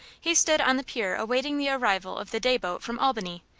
he stood on the pier awaiting the arrival of the day boat from albany,